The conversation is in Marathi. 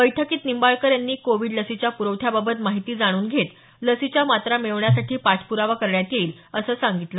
बैठकीत निंबाळकर यांनी कोविड लसीच्या प्रवठ्याबाबत माहिती जाणून घेत लसीच्या मात्रा मिळवण्यासाठी पाठप्रावा करण्यात येईल असं सांगितलं